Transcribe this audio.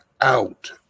out